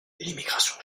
l’immigration